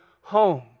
home